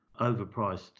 overpriced